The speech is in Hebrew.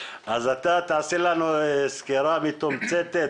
תעשה לנו סקירה מתומצתת